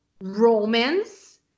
Romance